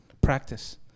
Practice